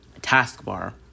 taskbar